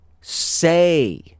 say